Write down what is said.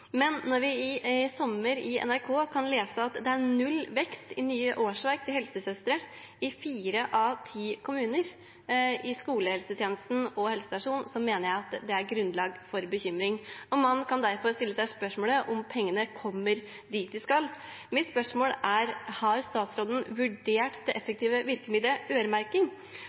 Men når vi i sommer på NRKs nettsider kunne lese at det var null vekst i nye årsverk til helsesøstre i fire av ti kommuner i skolehelsetjenesten og på helsestasjonene, mener jeg det er grunnlag for bekymring, og man kan derfor stille seg spørsmålet om pengene kommer dit de skal. Mitt spørsmål er: Har statsråden vurdert det effektive virkemiddelet øremerking?